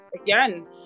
again